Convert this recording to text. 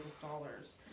dollars